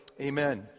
Amen